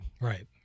Right